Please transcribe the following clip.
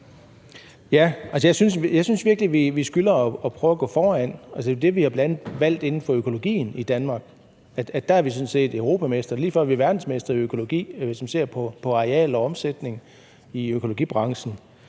Altså, jeg synes virkelig, vi skylder at prøve at gå foran. Det er det, vi bl.a. har valgt inden for økologien i Danmark. Der er vi sådan set europamestre, og det er lige før, vi er verdensmestre i økologi, hvis man ser på areal og omsætning i økologibranchen.